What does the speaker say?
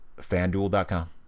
Fanduel.com